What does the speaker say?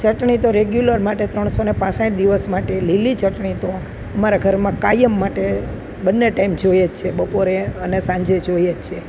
ચટણી તો રેગ્યુલર માટે ત્રણસોને પાંસઠ દિવસ માટે લીલી ચટણી તો અમારા ઘરમાં કાયમ માટે બંને ટાઈમ જોઈએ જ છે બપોરે અને સાંજે જોઈએ જ છે